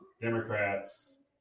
Democrats